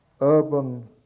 urban